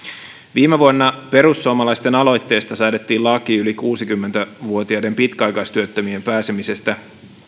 viime vuonna perussuomalaisten aloitteesta säädettiin laki yli kuusikymmentä vuotiaiden pitkäaikaistyöttömien pääsemisestä